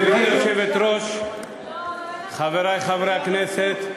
גברתי היושבת-ראש, חברי חברי הכנסת,